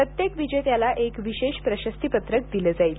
प्रत्येक विजेत्याला एक विशेष प्रशस्तीपत्रक दिले जाईल